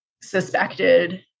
suspected